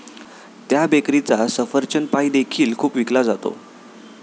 त्या बेकरीचा सफरचंद पाई देखील खूप विकला जातो